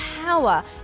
power